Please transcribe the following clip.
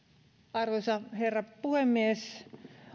arvoisa herra puhemies